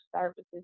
services